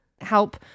help